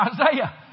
Isaiah